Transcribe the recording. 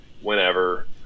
whenever